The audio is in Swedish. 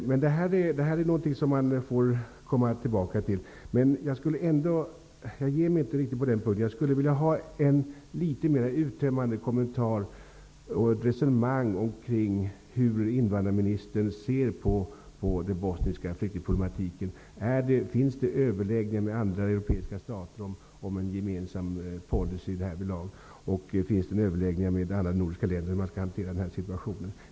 Men detta är något som man får komma tillbaka till. Jag ger mig emellertid inte riktigt på den punkten. Jag skulle vilja ha en litet mer uttömmande kommentar och ett resonemang omkring hur invandrarministern ser på den bosniska flyktingproblematiken. Förekommer det överläggningar med andra europeiska stater om en gemensam policy härvidlag, och förekommer det överläggningar med andra nordiska länder om hur man skall hantera den här situationen?